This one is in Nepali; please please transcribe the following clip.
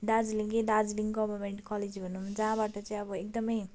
दार्जिलिङको दार्जिलिङ गभर्मेन्ट कलेज भनौँ जहाँबाट चाहिँ अब एकदम